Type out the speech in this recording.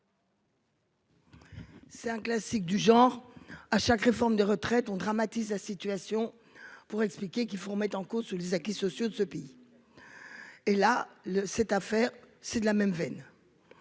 C'est un classique du genre à chaque réforme des retraites on dramatise la situation pour expliquer qu'il faut remettre en cause tous les acquis sociaux de ce pays. Et là le cette affaire, c'est de la même veine.